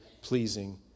pleasing